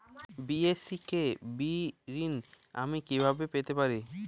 BSKB ঋণ আমি কিভাবে পেতে পারি?